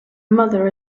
mother